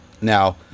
Now